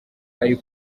ari